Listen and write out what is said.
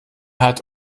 hat